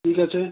ঠিক আছে